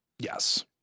yes